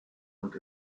und